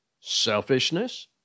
selfishness